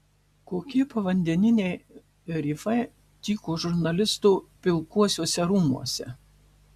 kokie povandeniniai rifai tyko žurnalisto pilkuosiuose rūmuose